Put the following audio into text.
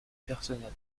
personnel